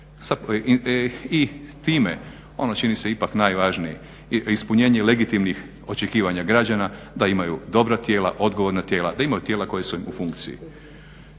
s time, ono čini se ipak najvažnije ispunjenje legitimnih očekivanja građana da imaju dobra tijela, odgovorna tijela, da imaju tijela koja su im u funkciji.